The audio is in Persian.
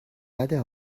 بده